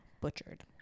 butchered